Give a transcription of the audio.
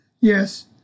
Yes